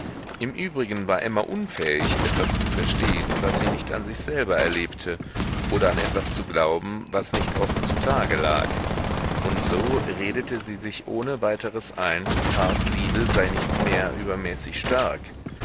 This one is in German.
im übrigen war emma unfähig etwas zu verstehen was sie nicht an sich selber erlebte oder an etwas zu glauben was nicht offen zutage lag und so redete sie sich ohne weiteres ein karls liebe sei nicht mehr übermäßig stark